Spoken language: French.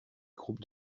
groupes